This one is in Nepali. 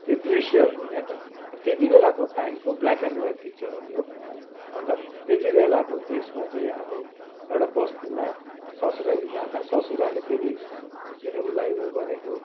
त्यो दृश्यहरू क्या त अब त्यति बेलाको टाइमको ब्ल्याक एन्ड ह्वाइट पिक्चर हो यो अन्त त्यति बेलाको त्यसमा चाहिँ अब एउटा बस्तीमा ससुराली जाँदा ससुराले फेरि उसलाई उयो गरेको